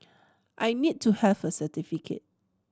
I need to have a certificate